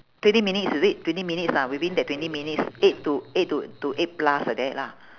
twenty minutes is it twenty minutes ah within that twenty minutes eight to eight to to eight plus like that lah